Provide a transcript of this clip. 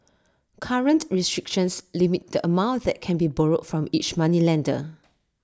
current restrictions limit the amount that can be borrowed from each moneylender